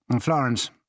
Florence